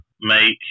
make